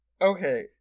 Okay